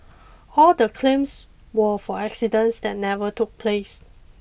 all the claims were for accidents that never took place